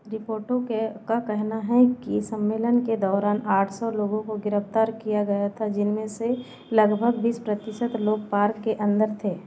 रिपोटों के का कहना है कि सम्मेलन के दौरान आठ सौ लोगों को गिरफ्तार किया गया था जिनमें से लगभग बीस प्रतिशत लोग पार्क के अंदर थे